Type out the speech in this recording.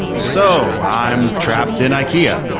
so, i'm trapped in ikea.